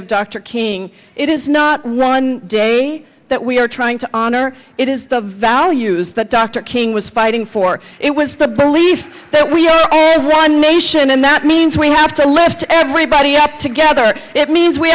dr king it is not one day that we are trying to honor it is the values that dr king was fighting for it was the belief that we are one mission and that means we have to lift everybody up together it means we